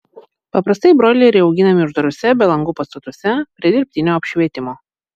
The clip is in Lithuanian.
paprastai broileriai auginami uždaruose be langų pastatuose prie dirbtinio apšvietimo